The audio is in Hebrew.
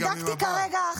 לא, תבדקי גם עם הבעל.